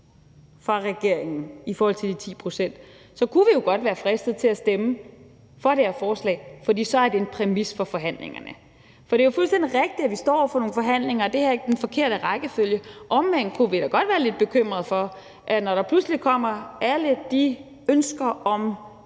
hos regeringen i forhold til de 10 pct., så kunne vi jo godt være fristet til at stemme for det her forslag, fordi det så er en præmis for forhandlingerne. For det er fuldstændig rigtigt, at vi står over for nogle forhandlinger – og er det her ikke den forkerte rækkefølge? Omvendt kunne vi da godt være lidt bekymrede, når der kommer alle de ønsker om